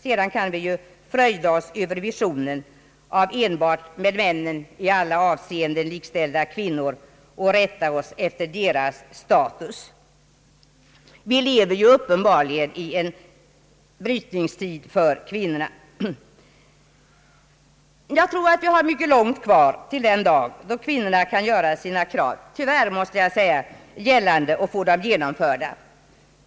Sedan kan vi fröjda oss över visionen av enbart med männen i alla avseenden likställda kvinnor och rätta oss efter deras status. Vi lever uppenbarligen i en brytningstid för kvinnorna. Jag tror emeilertid att vi har mycket långt kvar till den dag då kvinnorna kan göra sina krav gällande — tyvärr, måste jag säga och få dem genomförda.